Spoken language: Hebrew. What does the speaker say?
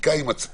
חקיקה היא מצפן.